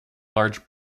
large